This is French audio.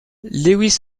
lewis